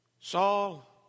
Saul